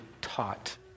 taught